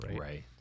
right